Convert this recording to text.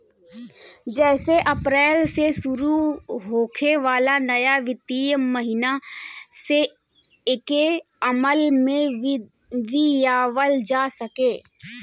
जेसे अप्रैल से शुरू होखे वाला नया वित्तीय महिना से एके अमल में लियावल जा सके